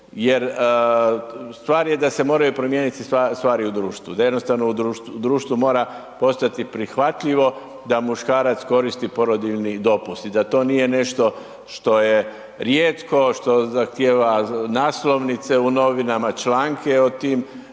Jer stvar je da se moraju promijeniti stvari u društvu, da jednostavno u društvu mora postojati prihvatljivo da muškarac koristi porodiljni dopust i da to nije nešto što je rijetko, što zahtjeva naslovnice u novinama, članke o tim